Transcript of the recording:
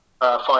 five